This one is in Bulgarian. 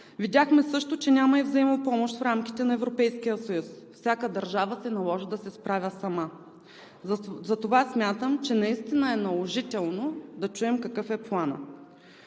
Видяхме също, че няма и взаимопомощ в рамките на Европейския съюз – всяка държава се наложи да се справя сама, затова смятам, че наистина е наложително да чуем какъв е планът.